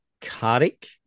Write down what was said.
Carrick